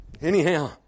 Anyhow